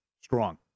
strong